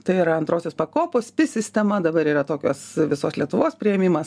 tai yra antrosios pakopos sistema dabar yra tokios visos lietuvos priėmimas